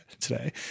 today